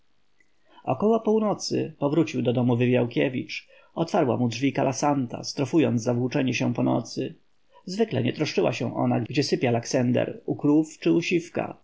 około północy powrócił do domu wywiałkiewicz otwarła mu drzwi kalasanta strofując za włóczenie się po nocy zwykle nie troszczyła się ona gdzie sypia laksender u krów czy